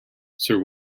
sir